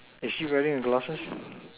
is she wearing her glasses